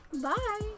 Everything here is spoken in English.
Bye